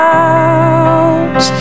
out